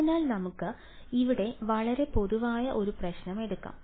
അതിനാൽ നമുക്ക് ഇവിടെ വളരെ പൊതുവായ ഒരു പ്രശ്നം എടുക്കാം